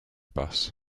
bus